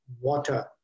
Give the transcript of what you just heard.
water